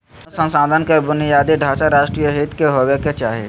अनुसंधान के बुनियादी ढांचा राष्ट्रीय हित के होबो के चाही